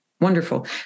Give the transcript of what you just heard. wonderful